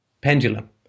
pendulum